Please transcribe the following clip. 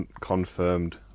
confirmed